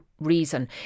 reason